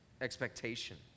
expectation